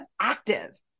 active